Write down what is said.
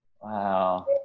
Wow